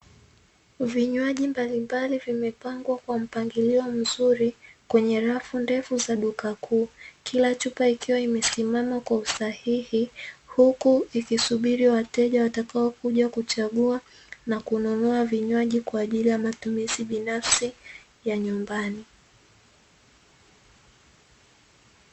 Vinywaji mbalimbali vimepangwa kwa mpangilio mzuri kwenye rafu ndefu za duka kuu. Kila chupa ikiwa imesimama kwa usahihi, huku ikisubiri wateja watakao kuja kuchagua na kununua vinywaji kwa ajili ya matumizi binafsi ya nyumbani.